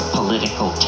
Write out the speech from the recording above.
political